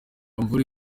imvura